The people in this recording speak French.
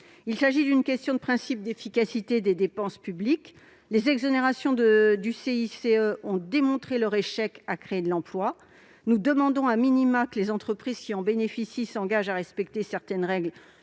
Il s'agit d'une question de principe d'efficacité des dépenses publiques ; les exonérations du CICE ont démontré leur échec à créer de l'emploi. Nous demandons que les entreprises qui en bénéficient s'engagent à respecter certaines règles